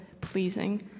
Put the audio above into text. pleasing